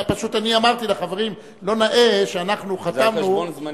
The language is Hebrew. אמרתי לחברים: לא נאה שאנחנו חתמנו,